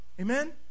Amen